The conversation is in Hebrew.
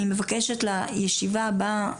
אני מבקשת לישיבה הבאה,